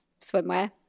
swimwear